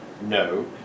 No